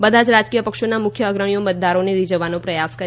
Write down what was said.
બધા જ રાજકીય પક્ષોના મુખ્ય અગ્રણીઓ મતદારોને રીઝવવાનો પ્રયાસ કરી રહ્યા છે